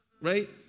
right